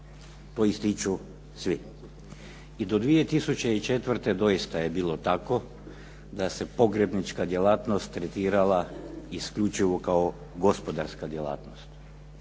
To ističu svi. I do 2004. doista je bilo tako da se pogrebnička djelatnost tretirala isključivo kao gospodarska djelatnost.